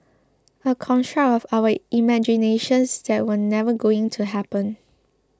a construct of our imaginations that was never going to happen